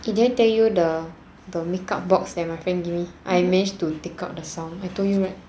then did I tell your the the makeup box that my friend give me I manage to take out sound I told you right